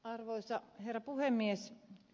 arvoisa herra puhemies